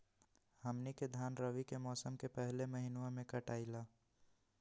हमनी के धान रवि के मौसम के पहले महिनवा में कटाई ला